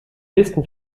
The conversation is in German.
listen